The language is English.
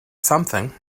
something